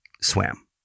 swam